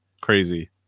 crazy